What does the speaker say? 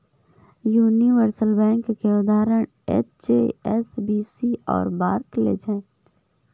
universal bank के उदाहरण HSBC और बार्कलेज हैं